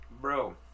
bro